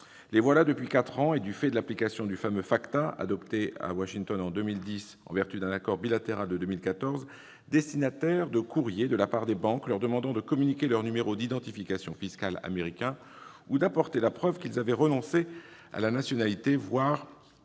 Les voilà depuis quatre ans, du fait de l'application du fameux FATCA adopté à Washington en 2010 et en vertu d'un accord bilatéral de 2014, destinataires de courriers de leurs banques leur demandant de communiquer leur numéro d'identification fiscale américain ou d'apporter la preuve qu'ils ont renoncé à la nationalité